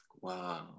Wow